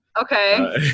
Okay